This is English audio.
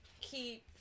keep